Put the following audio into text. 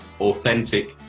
authentic